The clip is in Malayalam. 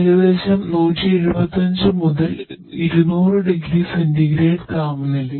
ഏകദേശം 175 മുതൽ 200 ഡിഗ്രി സെന്റിഗ്രേഡ് താപനിലയിൽ